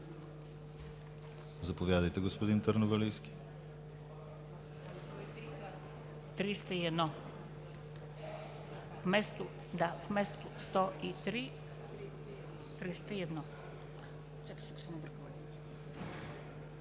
Заповядайте, господин Търновалийски.